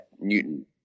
Newton